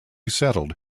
settled